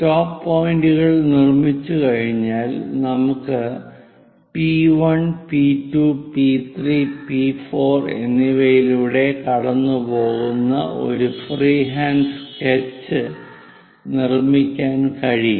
stop പോയിന്റുകൾ നിർമ്മിച്ചുകഴിഞ്ഞാൽ നമുക്ക് പി 1 പി 2 പി 3 പി 4 എന്നിവയിലൂടെ കടന്നുപോകുന്ന ഒരു ഫ്രീഹാൻഡ് സ്കെച്ച് നിർമ്മിക്കാൻ കഴിയും